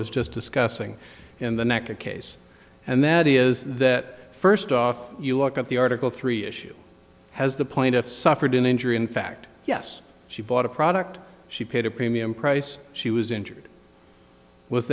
was just discussing in the neck a case and that is that first off you look at the article three issue has the point if suffered an injury in fact yes she bought a product she paid a premium price she was injured was